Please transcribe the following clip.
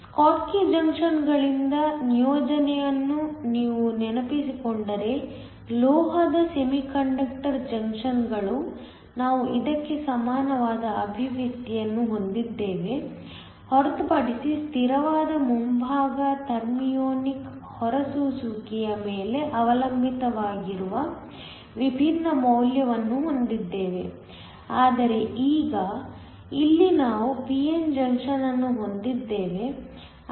Schottky ಜಂಕ್ಷನ್ಗಳಿಂದ ನಿಯೋಜನೆಯನ್ನು ನೀವು ನೆನಪಿಸಿಕೊಂಡರೆ ಲೋಹದ ಸೆಮಿಕಂಡಕ್ಟರ್ ಜಂಕ್ಷನ್ಗಳು ನಾವು ಇದಕ್ಕೆ ಸಮಾನವಾದ ಅಭಿವ್ಯಕ್ತಿಯನ್ನು ಹೊಂದಿದ್ದೇವೆ ಹೊರತುಪಡಿಸಿ ಸ್ಥಿರವಾದ ಮುಂಭಾಗವು ಥರ್ಮಿಯೋನಿಕ್ ಹೊರಸೂಸುವಿಕೆಯ ಮೇಲೆ ಅವಲಂಬಿತವಾಗಿರುವ ವಿಭಿನ್ನ ಮೌಲ್ಯವನ್ನು ಹೊಂದಿದೆ ಆದರೆ ಈಗ ಇಲ್ಲಿ ನಾವು p n ಜಂಕ್ಷನ್ ಅನ್ನು ಹೊಂದಿದ್ದೇವೆ